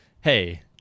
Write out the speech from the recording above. Hey